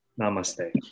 Namaste